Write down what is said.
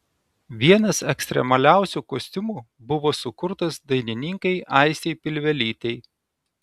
vienas ekstremaliausių kostiumų buvo sukurtas dainininkei aistei pilvelytei